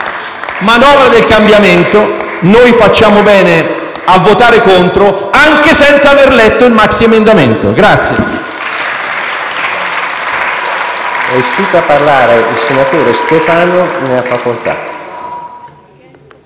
manovra del cambiamento, noi facciamo bene a votare contro anche senza avere letto il maxiemendamento.